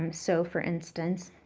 um so for instance,